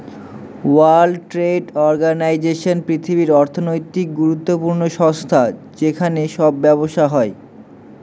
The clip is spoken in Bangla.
ওয়ার্ল্ড ট্রেড অর্গানাইজেশন পৃথিবীর অর্থনৈতিক গুরুত্বপূর্ণ সংস্থা যেখানে সব ব্যবসা হয়